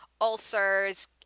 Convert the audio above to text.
ulcers